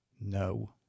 no